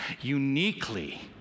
uniquely